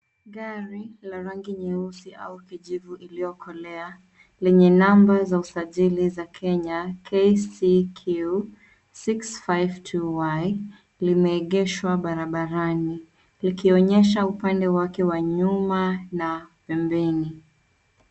Gari la rangi nyeusi au kijivu iliyokolea lenye namba za usajili za Kenya KCQ six five two Y,limeegeshwa barabarani likionyesha upande wake wa nyuma na pembeni.